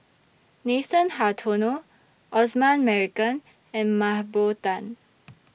Nathan Hartono Osman Merican and Mah Bow Tan